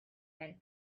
and